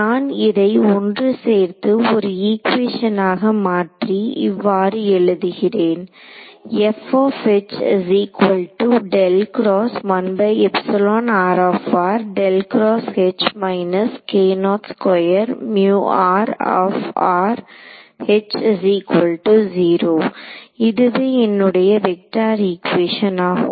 நான் இதை ஒன்று சேர்த்து ஒரு ஈகுவேஷனாக மாற்றி இவ்வாறு எழுதுகிறேன் இதுவே என்னுடைய வெக்டர் ஈகுவேஷன் ஆகும்